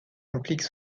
impliquent